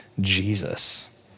Jesus